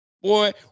boy